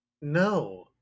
No